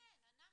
כן,